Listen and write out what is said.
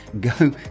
Go